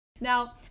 now